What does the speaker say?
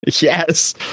yes